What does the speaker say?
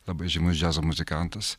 labai žymus džiazo muzikantas